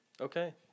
okay